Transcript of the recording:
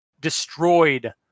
destroyed